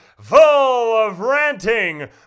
full-of-ranting